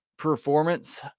Performance